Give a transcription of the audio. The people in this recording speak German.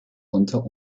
unter